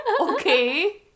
okay